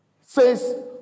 says